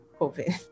COVID